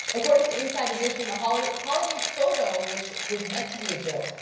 according to inside edition, the holiday holiday photo, which was meant to be a joke,